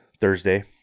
Thursday